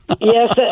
Yes